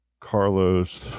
Carlos